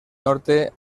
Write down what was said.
norte